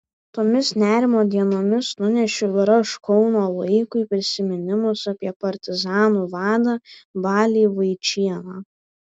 tomis nerimo dienomis nunešiau ir aš kauno laikui prisiminimus apie partizanų vadą balį vaičėną